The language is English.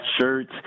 shirts